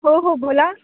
हो हो बोला